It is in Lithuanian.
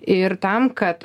ir tam kad